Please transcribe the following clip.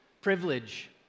privilege